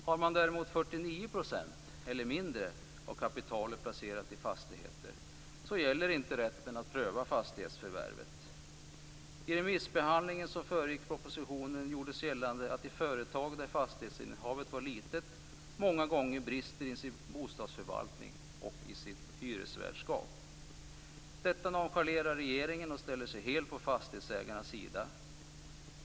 Har man däremot 49 % eller mindre av kapitalet placerat i fastigheter gäller inte rätten att pröva fastighetsförvärvet. I den remissbehandling som föregick propositionen gjordes gällande att företag där fastighetsinnehavet var litet många gånger brister i sin bostadsförvaltning och i sitt hyresvärdskap. Detta nonchalerar regeringen och ställer sig helt på fastighetsägarnas sida.